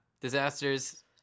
disasters